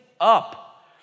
up